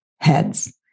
heads